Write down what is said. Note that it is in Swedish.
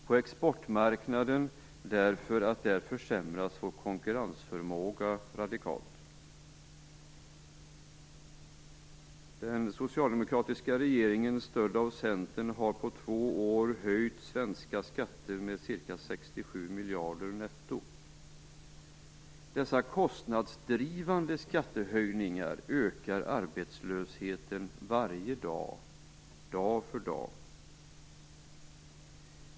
På exportmarknaden försämras vår konkurrensförmåga radikalt. Centern, har på två år höjt svenska skatter med ca 67 miljarder netto. Dessa kostnadsdrivande skattehöjningar ökar arbetslösheten varje dag, dag för dag.